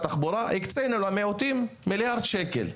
התחבורה הקצו למיעוטים מיליארד שקל.